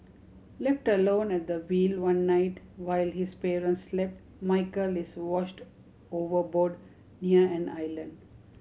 left alone at the wheel one night while his parents slept Michael is washed overboard near an island